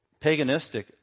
paganistic